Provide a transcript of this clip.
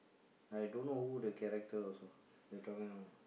I don't know who the character also you're talking about